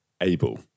able